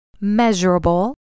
measurable